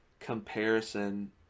comparison